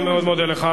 אני מאוד מודה לך.